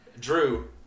Drew